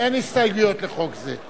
אין הסתייגויות לחוק זה.